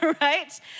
right